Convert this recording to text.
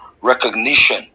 recognition